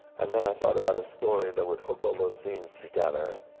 and then i thought about a story that would hook all those scenes together.